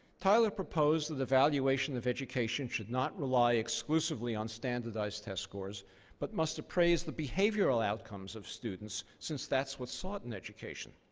tyler proposed that evaluation of education should not rely exclusively on standardized test scores but must appraise the behavioral outcomes of students, since that's what sought in education.